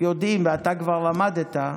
יודעים ושאתה כבר למדת: